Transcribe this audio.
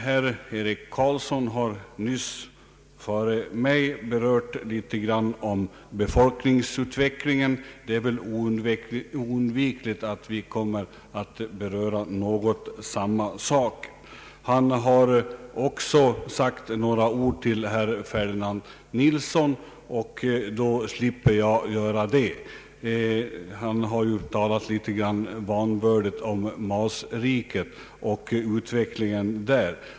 Herr Eric Carlsson har alldeles nyss berört frågan om befolkningsutvecklingen, men det torde vara oundvikligt att vi tar upp samma saker. Han har också sagt några ord till herr Ferdinand Nilsson, och det slipper jag därför göra. Herr Ferdinand Nilsson uttalade sig en smula vanvördigt om ”masriket” och utvecklingen där.